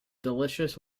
delicious